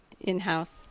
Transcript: in-house